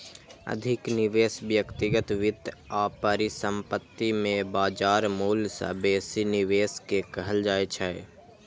अधिक निवेश व्यक्तिगत वित्त आ परिसंपत्ति मे बाजार मूल्य सं बेसी निवेश कें कहल जाइ छै